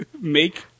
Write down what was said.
make